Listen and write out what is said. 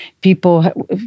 people